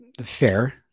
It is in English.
fair